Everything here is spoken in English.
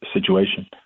situation